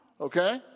Okay